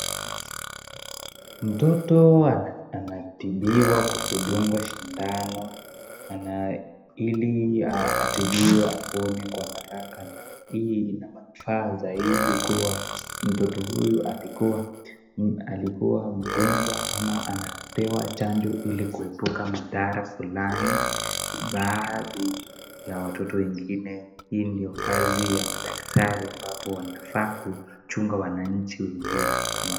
Mtoto anatibiwa kwa kudungwa shindano ili atibiwe apone kwa haraka. Hii inamanufaa zaidi kuwa mtoto huyu alikuwa mgonjwa ama anapewa chanjo ili kuepuka madhara fulani. Baadhi ya watoto wengine hii ndio kazi ya madakitari ambapo wanafaa kuchunga wananchi wengine kama.